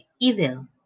evil